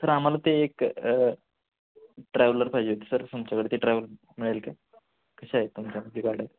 sir आम्हाला ते एक ट्रॅव्हलर पाहिजे होती सर तुमच्याकडे ते ट्रॅव्हल मिळेल का कशा आहेत तुमच्याकडे गाड्या